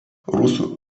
rusų